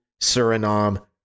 Suriname